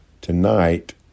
tonight